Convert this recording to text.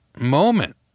moment